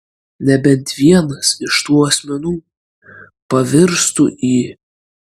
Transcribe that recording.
nebent vienas iš tų asmenų pavirstų į